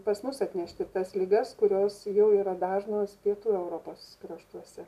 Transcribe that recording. pas mus atnešti tas ligas kurios jau yra dažnos pietų europos kraštuose